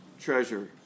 treasure